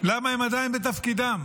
למה הם עדיין בתפקידם?